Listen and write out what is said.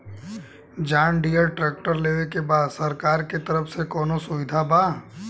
John Deere tractor लेवे के बा सरकार के तरफ से कौनो सुविधा बा?